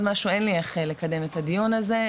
משהו אין לי איך לקדם את הדיון הזה,